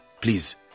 Please